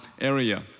area